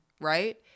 right